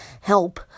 help